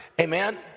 Amen